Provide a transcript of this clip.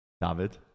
David